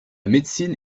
médecine